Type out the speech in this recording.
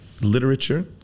literature